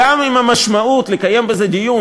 גם אם המשמעות של לקיים בזה דיון,